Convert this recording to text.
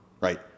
right